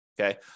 okay